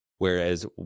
Whereas